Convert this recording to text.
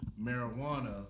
marijuana